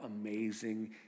amazing